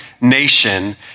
nation